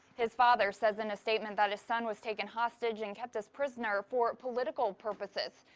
his father says in a statement that his son was taken hostage and kept as prisoner for political purposes.